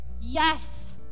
yes